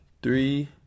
Three